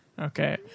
Okay